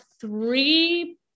three